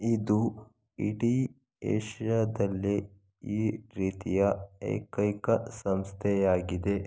ಇದು ಇಡೀ ಏಷ್ಯಾದಲ್ಲಿ ಈ ರೀತಿಯ ಏಕೈಕ ಸಂಸ್ಥೆಯಾಗಿದೆ